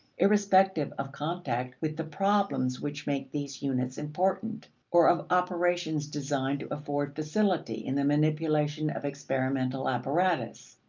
irrespective of contact with the problems which make these units important or of operations designed to afford facility in the manipulation of experimental apparatus.